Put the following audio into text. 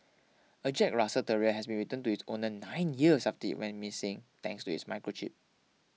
a Jack Russell terrier has been returned to its owner nine years after it went missing thanks to its microchip